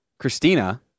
Christina